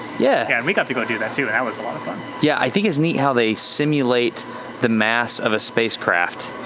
yeah yeah, and we got to go do that too and that was a lot of fun. yeah, i think it's neat how they simulate the mass of a spacecraft.